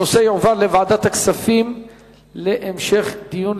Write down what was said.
הנושא יועבר לוועדת הכספים להמשך דיון,